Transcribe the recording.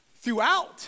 Throughout